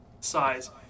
Size